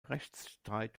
rechtsstreit